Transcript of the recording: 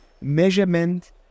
measurement